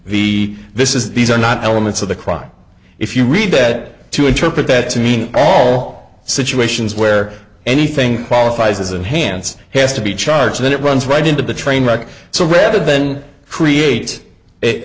the this is these are not elements of the crime if you read that to interpret that to mean all situations where anything qualifies as a hands has to be charged that it runs right into the train wreck so rather than create it